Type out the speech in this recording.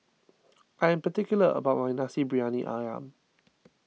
I am particular about my Nasi Briyani Ayam